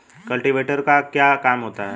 Cultivator का क्या काम होता है?